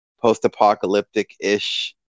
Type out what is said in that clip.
post-apocalyptic-ish